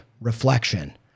reflection